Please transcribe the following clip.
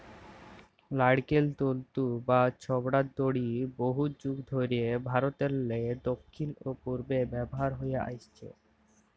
লাইড়কেল তল্তু বা ছবড়ার দড়ি বহুত যুগ ধইরে ভারতেরলে দখ্খিল অ পূবে ব্যাভার হঁয়ে আইসছে